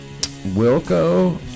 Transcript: Wilco